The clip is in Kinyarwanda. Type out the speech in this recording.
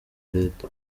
leta